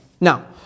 Now